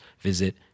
visit